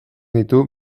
ditu